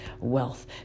wealth